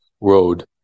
road